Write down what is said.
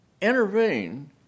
intervene